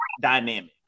dynamic